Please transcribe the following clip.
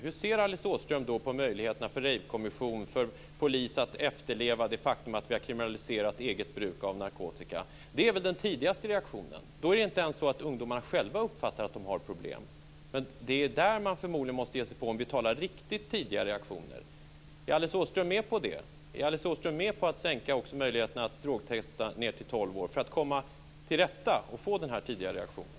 Hur ser Alice Åström på möjligheterna för rejvkommission och för polisen att efterleva det faktum att vi har kriminaliserat eget bruk av narkotika? Det är väl den tidigaste reaktionen. Då uppfattar inte ens ungdomarna själva att de har problem. Det är förmodligen det här som man måste ge sig på om vi talar om riktigt tidiga reaktioner. Är Alice Åström med på det? Är Alice Åström också med på att sänka åldersgränsen när det gäller möjligheterna att drogtesta till tolv år för att man ska komma till rätta med detta och få den här tidiga reaktionen?